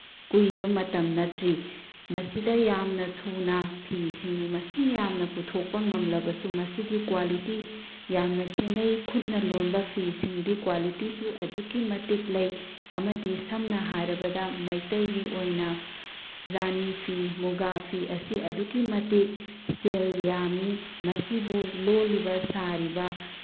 ꯀꯨꯏꯕ ꯃꯇꯝ ꯅꯠꯇ꯭ꯔꯤ ꯃꯁꯤꯗ ꯌꯥꯝꯅ ꯊꯨꯅ ꯐꯤꯁꯤꯡꯕꯨ ꯃꯁꯤꯡ ꯌꯥꯝꯅ ꯄꯨꯊꯣꯛꯄ ꯉꯝꯂꯕꯁꯨ ꯃꯁꯤꯒꯤ ꯀ꯭ꯋꯥꯂꯤꯇꯤ ꯌꯥꯝꯅ ꯈꯦꯅꯩ ꯈꯨꯠꯅ ꯂꯣꯟꯕ ꯐꯤꯁꯤꯡꯗꯤ ꯀ꯭ꯋꯥꯂꯤꯇꯤꯁꯨ ꯑꯗꯨꯛꯀꯤ ꯃꯇꯤꯛ ꯂꯩ ꯑꯃꯗꯤ ꯁꯝꯅ ꯍꯥꯏꯔꯕꯗ ꯃꯩꯇꯩꯒꯤ ꯑꯣꯏꯅ ꯔꯥꯅꯤ ꯐꯤ ꯃꯨꯒꯥ ꯐꯤ ꯑꯁꯤ ꯑꯗꯨꯛꯀꯤ ꯃꯇꯤꯛ ꯁꯦꯜ ꯌꯥꯝꯃꯤ ꯃꯁꯤꯕꯨ ꯂꯣꯜꯂꯤꯕ ꯁꯥꯔꯤꯕ